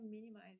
minimize